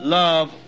love